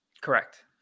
Correct